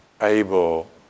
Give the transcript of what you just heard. able